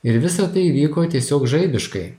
ir visa tai įvyko tiesiog žaibiškai